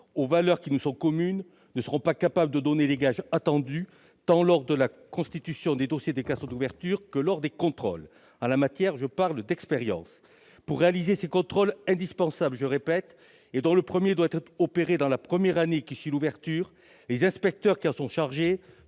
aux valeurs qui nous sont communes ne seront pas capables de donner les gages attendus, lors tant de la constitution des dossiers de déclaration d'ouverture que des contrôles. En la matière, je parle d'expérience ... Pour réaliser ces contrôles, indispensables, je le répète, et dont le premier doit être opéré dans la première année qui suit l'ouverture de l'école, les inspecteurs qui en sont chargés